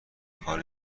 کار